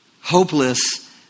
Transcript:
Hopeless